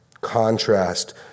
contrast